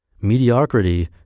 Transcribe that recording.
mediocrity